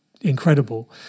incredible